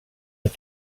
but